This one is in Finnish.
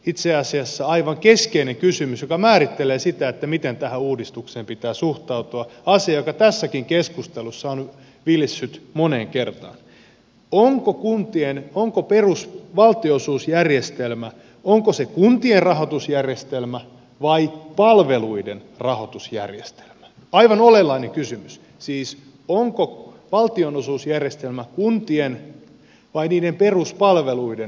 itse asiassa aivan keskeinen kysymys joka määrittelee sitä miten tähän uudistukseen pitää suhtautua asia joka tässäkin keskustelussa on vilissyt moneen kertaan on onko valtionosuusjärjestelmä kuntien rahoitusjärjestelmä vai palveluiden rahoitusjärjestelmä aivan olennainen kysymys siis onko valtionosuusjärjestelmä kuntien vai niiden peruspalveluiden rahoitusjärjestelmä